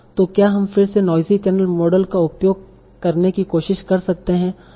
तो क्या हम फिर से नोइजी चैनल मॉडल का उपयोग करने की कोशिश कर सकते हैं